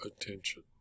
attention